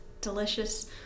delicious